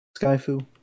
skyfu